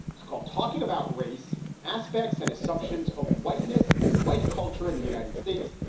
it's called talking about race aspects and assumptions of whiteness and white culture in the united states.